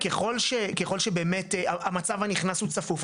ככל שבאמת המצב הנכנס הוא צפוף,